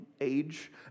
age